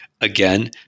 again